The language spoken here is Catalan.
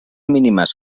mínimes